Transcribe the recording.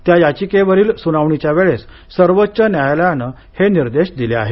त्या याचिकेवरील सुनावणीच्या वेळेस सर्वोच्च न्यायालयानं हे निर्दॅश दिले आहेत